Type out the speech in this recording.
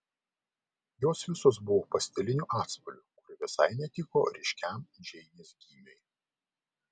jos visos buvo pastelinių atspalvių kurie visai netiko ryškiam džeinės gymiui